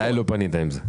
אלי לא פנית עם זה.